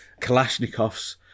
Kalashnikovs